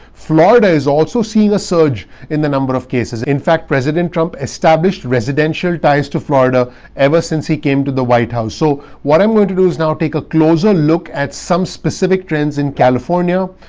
florida has also seen a surge in the number of cases. in fact, president trump established residential ties to florida ever since he came to the white house. so what i'm going to do is now take a closer look at some specific trends in california,